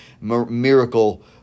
miracle